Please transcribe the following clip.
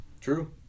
True